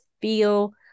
feel